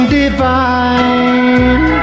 divine